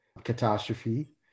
catastrophe